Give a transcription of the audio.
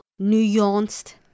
nuanced